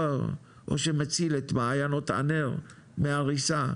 או שמציל את מעיינות ענר מהריסה.